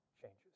changes